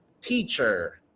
teacher